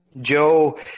Joe